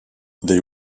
they